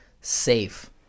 safe